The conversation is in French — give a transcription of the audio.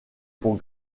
pour